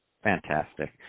Fantastic